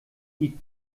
die